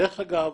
דרך אגב,